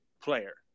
player